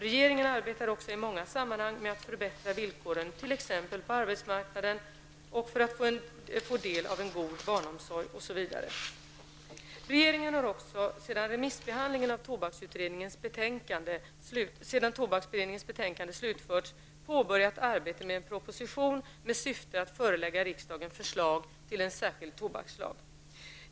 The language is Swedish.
Regeringen arbetar också i många sammanhang med att förbättra villkoren t.ex. på arbetsmarknaden för att dessa kvinnor skall få del av en god barnomsorg, osv. Regeringen har också sedan remissbehandlingen av tobaksutredningens betänkande SOU 1990:29 slutförts påbörjat arbetet med en proposition med syfte att förelägga riksdagen förslag till en särskild tobakslag.